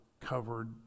covered